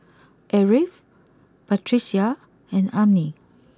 Ariff Batrisya and Ummi